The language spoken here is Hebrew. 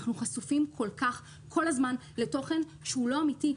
אנחנו חשופים כל הזמן לתוכן שהוא לא אמיתי.